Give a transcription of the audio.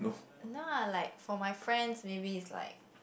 no ah like for my friends maybe it's like